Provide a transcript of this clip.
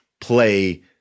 play